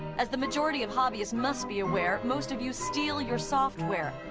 as the majority of hobbyists must be aware, most of you steal your software.